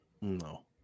no